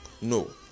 No